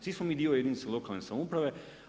Svi smo mi dio jedinica lokalne samouprave.